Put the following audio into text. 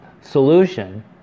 solution